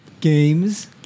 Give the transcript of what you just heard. Games